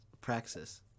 Praxis